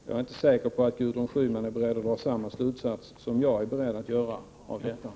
Jag är inte säker på att Gudrun Schyman är beredd att av detta dra samma slutsats som jag.